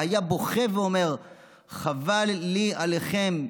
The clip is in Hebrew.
והיה בוכה ואומר "חבל לי עליכם,